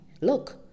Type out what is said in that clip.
Look